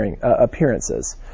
appearances